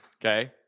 Okay